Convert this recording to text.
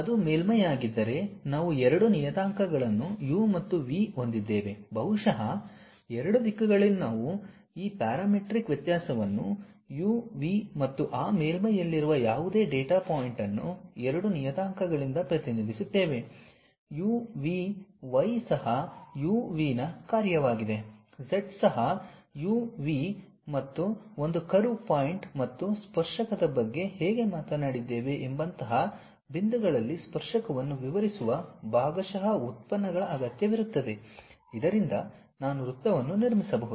ಅದು ಮೇಲ್ಮೈಯಾಗಿದ್ದರೆ ನಾವು ಎರಡು ನಿಯತಾಂಕಗಳನ್ನು U ಮತ್ತು V ಹೊಂದಿದ್ದೇವೆ ಬಹುಶಃ ಎರಡು ದಿಕ್ಕುಗಳಲ್ಲಿ ನಾವು ಈ ಪ್ಯಾರಾಮೀಟ್ರಿಕ್ ವ್ಯತ್ಯಾಸವನ್ನು U V ಮತ್ತು ಆ ಮೇಲ್ಮೈಯಲ್ಲಿರುವ ಯಾವುದೇ ಡೇಟಾ ಪಾಯಿಂಟ್ ಅನ್ನು ಎರಡು ನಿಯತಾಂಕಗಳಿಂದ ಪ್ರತಿನಿಧಿಸುತ್ತೇವೆ U V y ಸಹ u v ನ ಕಾರ್ಯವಾಗಿದೆ z ಸಹ U V ಮತ್ತು ಒಂದು ಕರ್ವ್ ಪಾಯಿಂಟ್ ಮತ್ತು ಸ್ಪರ್ಶಕದ ಬಗ್ಗೆ ಹೇಗೆ ಮಾತನಾಡಿದ್ದೇವೆ ಎಂಬಂತಹ ಬಿಂದುಗಳಲ್ಲಿ ಸ್ಪರ್ಶಕವನ್ನು ವಿವರಿಸುವ ಭಾಗಶಃ ಉತ್ಪನ್ನಗಳ ಅಗತ್ಯವಿರುತ್ತದೆ ಇದರಿಂದ ನಾನು ವೃತ್ತವನ್ನು ನಿರ್ಮಿಸಬಹುದು